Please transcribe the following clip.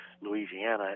Louisiana